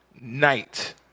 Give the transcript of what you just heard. night